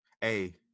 hey